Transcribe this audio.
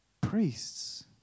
priests